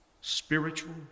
spiritual